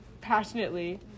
passionately